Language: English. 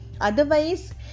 otherwise